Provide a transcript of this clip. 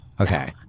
Okay